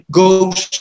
goes